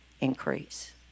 increase